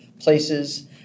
places